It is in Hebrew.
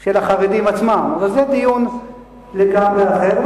של החרדים עצמם, אבל זה דיון לגמרי אחר.